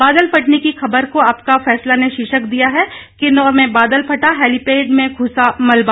बादल फटने की खबर को आपका फैसला ने शीर्षक दिया है किन्नौर में बादल फटा हेलिपैड में घुसा मलवा